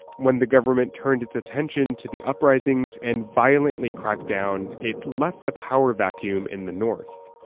when the government turned its attention to the uprisings and violently cracked down, it left a power vacuum in the north.